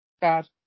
Bad